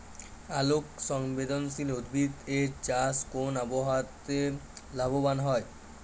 আলোক সংবেদশীল উদ্ভিদ এর চাষ কোন আবহাওয়াতে লাভবান হয়?